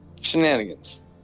Shenanigans